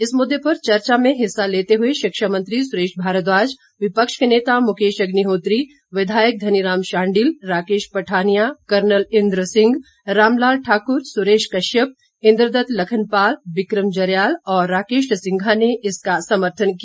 इस मुद्दे पर चर्चा में हिस्सा लेते हुए शिक्षा मंत्री सुरेश भारद्वाज विपक्ष के नेता मुकेश अग्निहोत्री विधायक धनीराम शांडिल राकेश पठानिया कर्नल इंद्र सिंह रामलाल ठाकुर सुरेश कश्यप इंद्रदत्त लखनपाल बिक्रम जरियाल और राकेश सिंघा ने इसका समर्थन किया